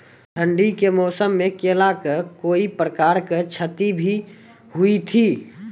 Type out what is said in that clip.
ठंडी के मौसम मे केला का कोई प्रकार के क्षति भी हुई थी?